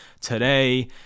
today